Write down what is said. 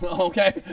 Okay